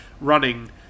running